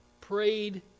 prayed